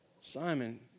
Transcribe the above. Simon